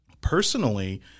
personally